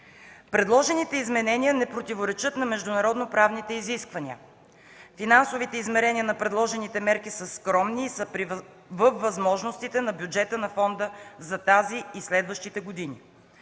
Предложените изменения не противоречат на международноправните изисквания. Финансовите измерения на предложените мерки са скромни и са във възможностите на бюджета на фонда за тази и за следващите години.